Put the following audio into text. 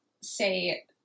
say